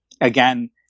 Again